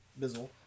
Bizzle